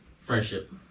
Friendship